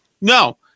No